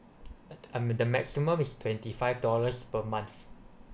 um the maximum is twenty five dollars per month